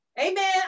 Amen